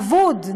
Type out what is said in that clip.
אבוד,